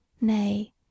Nay